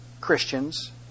Christians